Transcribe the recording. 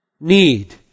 need